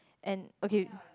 and okay